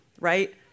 right